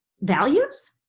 values